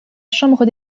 chambre